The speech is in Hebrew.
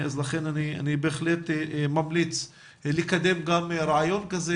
לכן אני בהחלט ממליץ לקדם גם רעיון כזה,